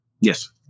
Yes